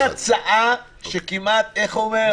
אני נותן הצעה, כמו שאומרים,